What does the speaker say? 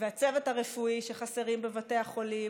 והצוות הרפואי שחסרים בבתי החולים,